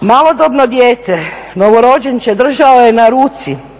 Malodobno dijete, novorođenče, držao je na ruci